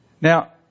Now